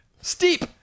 Steep